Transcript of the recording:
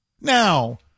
Now